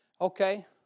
Okay